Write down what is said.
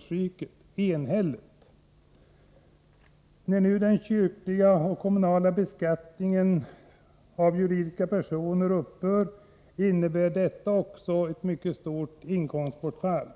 kyrkomöten. När nu den kyrkliga och kommunala beskattningen av juridiska personer upphör innebär detta också ett mycket stort inkomstbortfall.